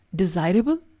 desirable